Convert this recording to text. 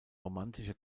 romantische